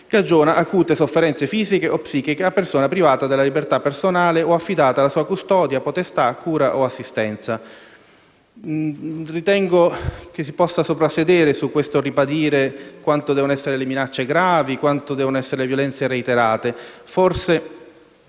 cagiona acute sofferenze fisiche o psichiche a persona privata della libertà personale o affidata alla sua custodia, potestà, cura o assistenza. Ritengo si possa soprassedere sul ribadire quanto gravi debbano essere le minacce e quanto debbano essere reiterate le violenze. Forse